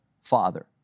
father